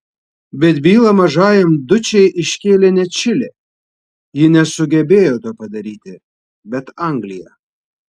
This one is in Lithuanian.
bet bylą mažajam dučei iškėlė ne čilė ji nesugebėjo to padaryti bet anglija